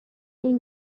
این